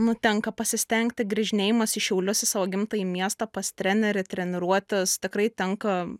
nu tenka pasistengti grįžinėjimas į šiaulius į savo gimtąjį miestą pas trenerį treniruotis tikrai tenka